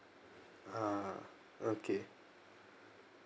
ah okay